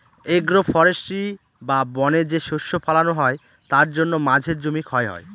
agro forestry বা বনে যে শস্য ফলানো হয় তার জন্য মাঝের জমি ক্ষয় হয়